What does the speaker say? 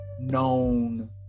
known